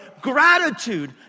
gratitude